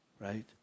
right